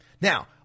Now